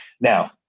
now